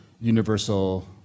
universal